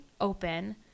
open